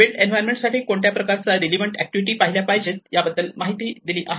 build environment साठी कोणत्या प्रकारच्या रिलेव्हंट ऍक्टिव्हिटी पाहिल्या पाहिजेत याबद्दल माहिती दिली आहे